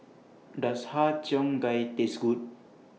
Does Har Cheong Gai Taste Good